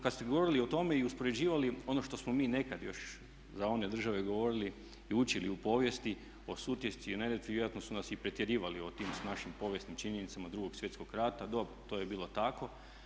Kad ste govorili o tome i uspoređivali ono što smo mi nekad još za one države govorili i učili u povijesti o Sutjesci i o Neretvi vjerojatno su nas i pretjerivali o tim našim povijesnim činjenicama Drugog svjetskog rata, dobro to je bilo tako.